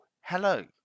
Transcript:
hello